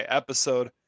episode